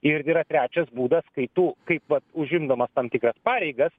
ir yra trečias būdas kai tu kaip vat užimdamas tam tikras pareigas